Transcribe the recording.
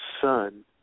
son